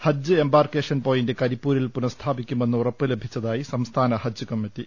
ഹജ്ജ് embarkation point കരിപ്പൂരിൽ പുനസ്ഥാപിക്കുമെന്ന് ഉറപ്പ് ലഭിച്ചതായി സംസ്ഥാന ഹജ്ജ് കമ്മിറ്റി